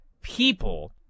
people